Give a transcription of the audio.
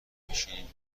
بشنیم